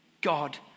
God